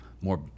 more